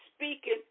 Speaking